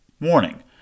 Warning